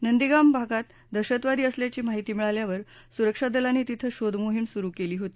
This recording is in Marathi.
नंदीगाम भागात दहशतवादी असल्याची माहिती मिळाल्यावर सुरक्षा दलांनी तिथं शोधमोहीम सुरू केली होती